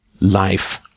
life